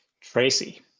Tracy